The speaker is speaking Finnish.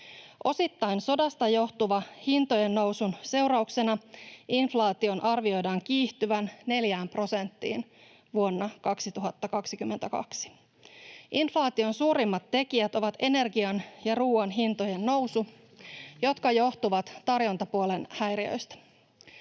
Osittain sodasta johtuvan hintojen nousun seurauksena inflaation arvioidaan kiihtyvän neljään prosenttiin vuonna 2022. Inflaation suurimmat tekijät ovat energian ja ruoan hintojen nousu, jotka johtuvat tarjontapuolen häiriöistä.